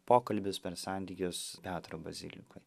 pokalbius per santykius petro bazilikoj